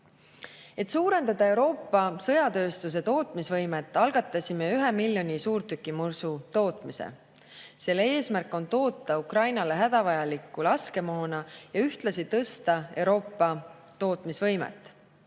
Et suurendada Euroopa sõjatööstuse tootmisvõimet, algatasime ühe miljoni suurtükimürsu tootmise. Selle eesmärk on toota Ukrainale hädavajalikku laskemoona ja ühtlasi tõsta Euroopa tootmisvõimet.